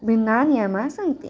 भिन्नाः नियमाः सन्ति